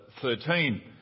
13